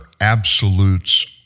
absolutes